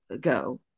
go